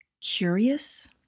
curious